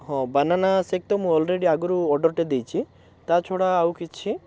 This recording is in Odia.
ହଁ ବାନାନା ଶେକ୍ ତ ମୁଁ ଅଲରେଡ଼ି ଆଗରୁ ଅର୍ଡ଼ରଟିଏ ଦେଇଛି ତା' ଛଡ଼ା ଆଉ କିଛି